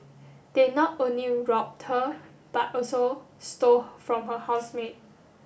they not only robbed her but also stole from her housemate